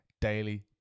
Daily